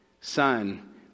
Son